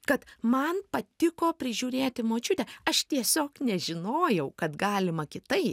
kad man patiko prižiūrėti močiutę aš tiesiog nežinojau kad galima kitaip